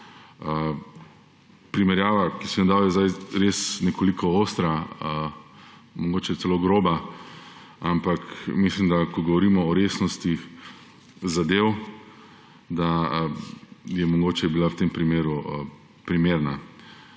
Primerjava, ki sem jo dal, je res nekoliko ostra, mogoče celo groba, ampak mislim, ko govorimo o resnostih zadev, da je mogoče bila v tem primeru primerna.